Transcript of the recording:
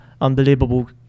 unbelievable